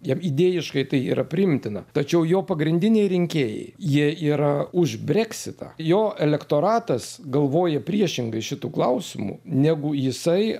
jam idėjiškai tai yra priimtina tačiau jo pagrindiniai rinkėjai jie yra už breksitą jo elektoratas galvoja priešingai šitu klausimu negu jisai